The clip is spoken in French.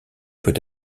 peut